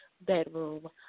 bedroom